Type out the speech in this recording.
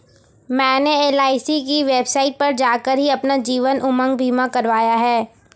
मैंने एल.आई.सी की वेबसाइट पर जाकर ही अपना जीवन उमंग बीमा करवाया है